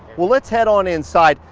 well, let's head on inside.